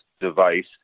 device